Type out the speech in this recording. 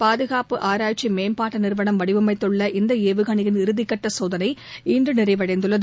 பாதுகாப்பு ஆராய்ச்சிமேம்பாட்டுநிறுவனம் வடிவமைத்துள்ள இந்தஏவுகணையின் இறதிக்கட்டசோதனை இன்றுநிறைவடைந்துள்ளது